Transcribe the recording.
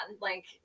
Like-